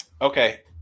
okay